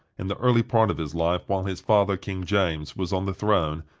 in the early part of his life, while his father, king james, was on the throne,